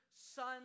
son